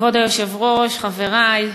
כבוד היושב-ראש, חברי,